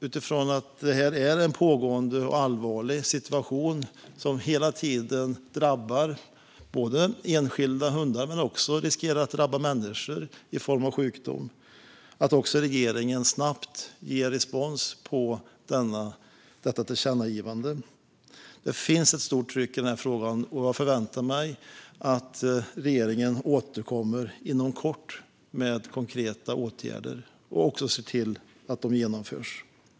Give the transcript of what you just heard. Utifrån att det är en pågående och allvarlig situation som hela tiden drabbar enskilda hundar men som också riskerar att drabba människor i form av sjukdom är det viktigt att regeringen snabbt ger respons på tillkännagivandet. Det finns ett stort tryck i frågan, och jag förväntar mig att regeringen återkommer inom kort med konkreta åtgärder och också ser till att de genomförs.